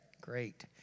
great